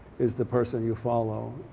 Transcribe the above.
is the person you follow